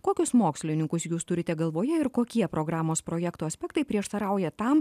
kokius mokslininkus jūs turite galvoje ir kokie programos projekto aspektai prieštarauja tam